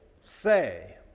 say